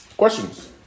Questions